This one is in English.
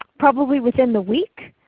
probably within the week,